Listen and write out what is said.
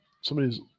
somebody's